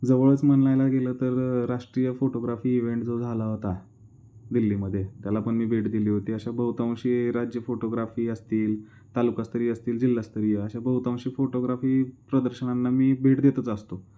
जवळच म्हणायला गेलं तर राष्ट्रीय फोटोग्राफी इवेंट जो झाला होता दिल्लीमध्ये त्याला पण मी भेट दिली होती अशा बहुतांशी राज्य फोटोग्राफी असतील तालुकास्तरीय असतील जिल्हास्तरीय अशा बहुतांशी फोटोग्राफी प्रदर्शनांना मी भेट देतच आसतो